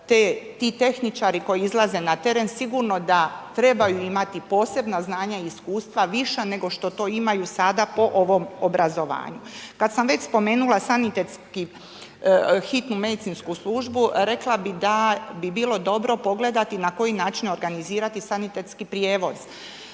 Ti tehničar koji izlaze na teren sigurno da trebaju imati posebna znanja i iskustva viša nego što to imaju sada po ovom obrazovanju. Kada sam već spomenula hitnu medicinsku službu, rekla bi da bi bilo dobro pogledati na koji način organizirati sanitetski prijevoz.